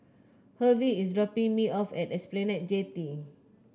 Hervey is dropping me off at Esplanade Jetty